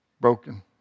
broken